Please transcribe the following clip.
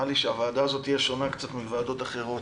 שהוועדה הזאת תהיה שונה במקצת מוועדות אחרות,